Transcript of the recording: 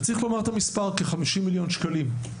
צריך לומר את המספר, כ-50 מיליון שקלים.